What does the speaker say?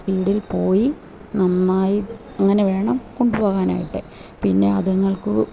സ്പീഡിൽ പോയി നന്നായി അങ്ങനെ വേണം കൊണ്ടുപോകാനായിട്ട് പിന്നെ അതുങ്ങൾക്കു